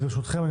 ברשותכם,